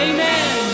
Amen